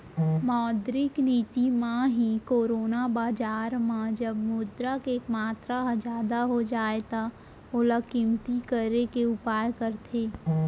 मौद्रिक नीति म ही कोनो बजार म जब मुद्रा के मातर ह जादा हो जाय त ओला कमती करे के उपाय करथे